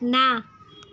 ના